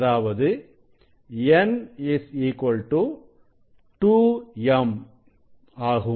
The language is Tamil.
அதாவது n 2m ஆகும்